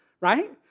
right